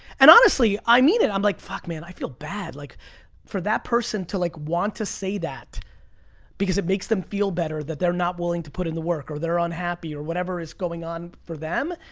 and honestly, i mean it, i'm like, fuck, man, i feel bad. like for that person to like want to say that because it makes them feel better that they're not willing to put in the work or they're unhappy or whatever is going on for them,